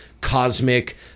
cosmic